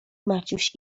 maciuś